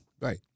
Right